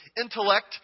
intellect